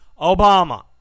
Obama